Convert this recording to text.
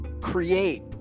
create